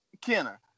Kenner